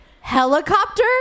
helicopter